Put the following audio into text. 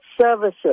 services